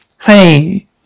hey